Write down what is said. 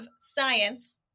science